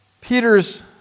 Peter's